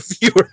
Viewer